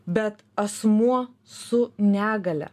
bet asmuo su negalia